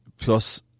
plus